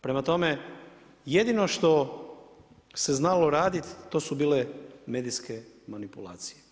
Prema tome, jedino što se znalo raditi to su bile medijske manipulacije.